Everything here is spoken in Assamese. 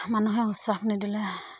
মানুহে উৎসাহ নিদিলে